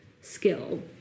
skill